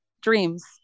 dreams